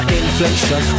inflation